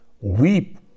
Weep